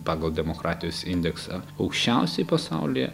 pagal demokratijos indeksą aukščiausiai pasaulyje